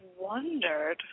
wondered